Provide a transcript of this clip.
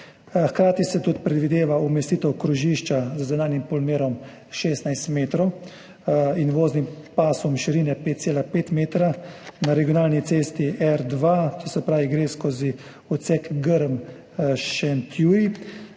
Hkrati se tudi predvideva umestitev krožišča z zunanjim polmerom 16 metrov in voznim pasom širine 5,5 metra na regionalni cesti R2, to se pravi, gre skozi odsek Grm–Šentjurij